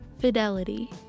fidelity